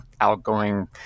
outgoing